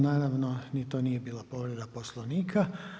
Naravno ni to nije bila povreda poslovnika.